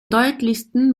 deutlichsten